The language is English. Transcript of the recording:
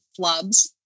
flubs